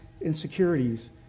insecurities